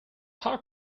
how